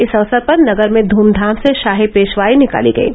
इस अवसर पर नगर में धूमधाम से शाही पेशवाई निकाली गयी